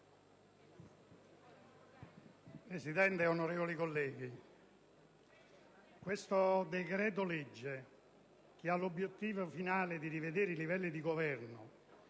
Presidente, onorevoli colleghi, questo decreto-legge, che ha l'obiettivo finale di rivedere i livelli di governo